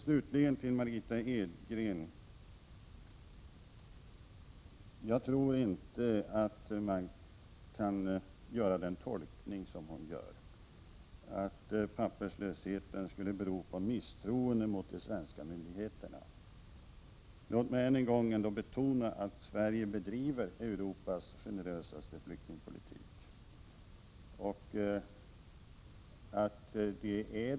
Slutligen till Margitta Edgren: Jag tror inte att man kan göra den tolkning som hon gör, att papperslösheten skulle bero på misstro mot de svenska myndigheterna. Låt mig än en gång betona att Sverige bedriver Europas generösaste flyktingpolitik.